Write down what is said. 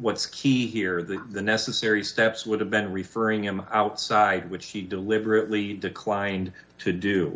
what's key here that the necessary steps would have been referring him outside which he deliberately declined to do